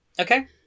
Okay